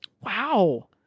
Wow